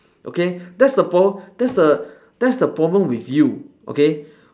okay that's the prob~ that's the that's the problem with you okay